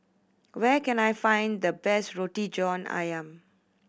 where can I find the best Roti John Ayam